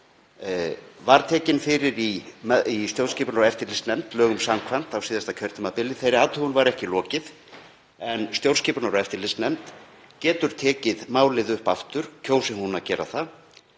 var tekin fyrir í stjórnskipunar- og eftirlitsnefnd lögum samkvæmt á síðasta kjörtímabili. Þeirri athugun var ekki lokið en stjórnskipunar- og eftirlitsnefnd getur tekið málið upp aftur, kjósi hún að gera það,